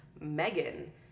Megan